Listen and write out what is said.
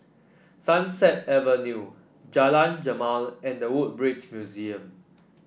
Sunset Avenue Jalan Jamal and The Woodbridge Museum